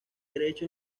derecho